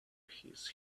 his